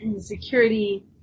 security